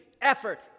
effort